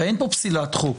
הרי אין פה פסילת חוק.